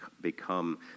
become